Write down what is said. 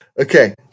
Okay